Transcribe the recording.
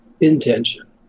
intention